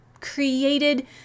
created